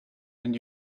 and